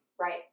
right